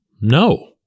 no